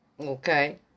Okay